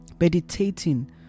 meditating